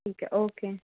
ठीक है ओके